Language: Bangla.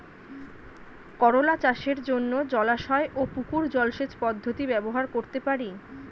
করোলা চাষের জন্য জলাশয় ও পুকুর জলসেচ পদ্ধতি ব্যবহার করতে পারি?